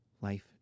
Life